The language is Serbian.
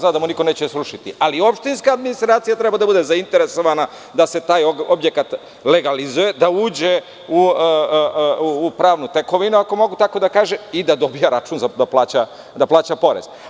Tamo niko neće srušiti, ali opštinska administracija treba da bude zainteresovana da se taj objekat legalizuje da uđe u pravnu tekovinu, ako mogu tako da kažem, i da dobije račun da plaća porez.